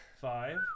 Five